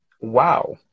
wow